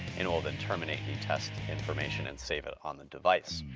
it will then terminate the test information and save it on the device.